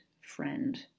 friend